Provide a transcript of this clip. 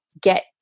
get